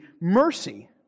mercy